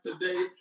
today